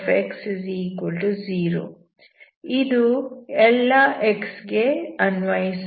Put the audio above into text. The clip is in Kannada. ಇದು ∀x ಗೆ ಅನ್ವಯಿಸುತ್ತದೆ